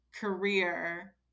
career